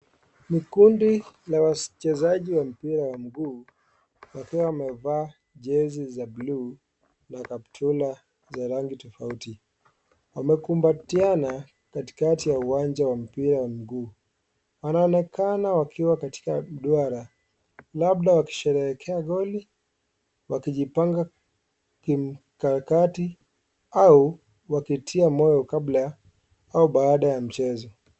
Ni kundi la wachezaji wa mpira ya miguu wakiwa wamevaa jezi za bluu na kaptura za rangi tofauti, wamekumbatiana katikati ya uwanja wa mpira wa miguu. Wanaonekana wakiwa katika duara labda wakisherehekea goli , wakijipanga kimkakati au wakitia moyo kabla ya au baaada ya mchezo.